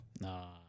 No